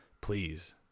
please